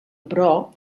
però